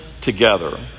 together